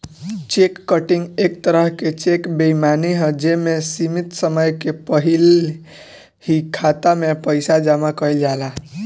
check cutting एक तरह के चेक बेईमानी ह जे में सीमित समय के पहिल ही खाता में पइसा जामा कइल जाला